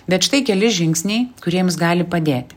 bet štai keli žingsniai kurie jums gali padėti